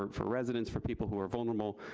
for for residents, for people who are vulnerable,